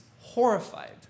horrified